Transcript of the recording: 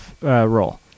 role